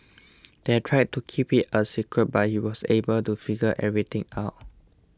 they tried to keep it a secret but he was able to figure everything out